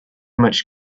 much